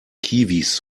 kiwis